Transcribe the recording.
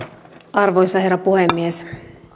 arvoisa herra puhemies